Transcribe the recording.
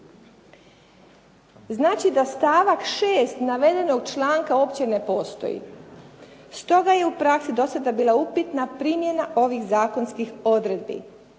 Znači da stavak 6. navedenog članka uopće ne postoji. Stoga je u praksi do sada bila upitna primjena ovih zakonskih odredbi.